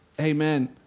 Amen